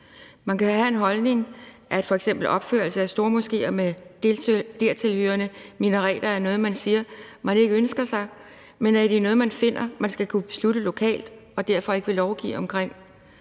Man kan have den holdning, at f.eks. opførelse af stormoskéer med dertilhørende minareter er noget, man siger man ikke ønsker sig, men at det er noget, man finder at de skal kunne beslutte lokalt, og derfor ikke vil lovgive omkring,